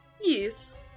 Yes